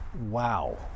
Wow